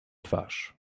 twarz